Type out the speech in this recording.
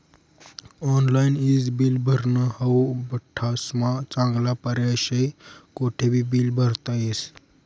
online ईज bill भरनं हाऊ बठ्ठास्मा चांगला पर्याय शे, कोठेबी बील भरता येस